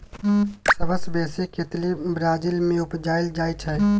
सबसँ बेसी केतारी ब्राजील मे उपजाएल जाइ छै